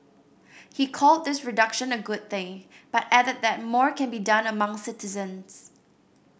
he called this reduction a good thing but added that more can be done among citizens